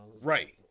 Right